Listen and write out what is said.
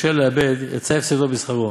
וקשה לאבד, יצא הפסדו בשכרו,